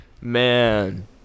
man